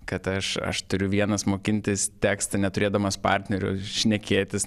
kad aš aš turiu vienas mokintis tekstą neturėdamas partnerio šnekėtis